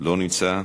לא נמצא,